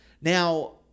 Now